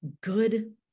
good